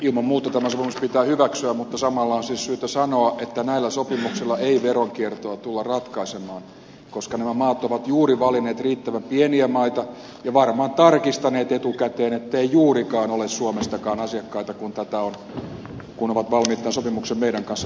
ilman muuta tämä sopimus pitää hyväksyä mutta samalla on siis syytä sanoa että näillä sopimuksilla ei veronkiertoa tulla ratkaisemaan koska nämä maat ovat juuri valinneet riittävän pieniä maita ja varmaan tarkistaneet etukäteen ettei suomestakaan ole juurikaan asiakkaita kun ovat valmiit tämän sopimuksen meidän kanssa tekemään